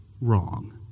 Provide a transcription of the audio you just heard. wrong